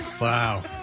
Wow